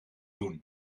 doen